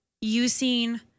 using